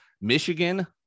Michigan